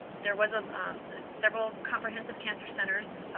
there was ah several comprehensive cancer centers,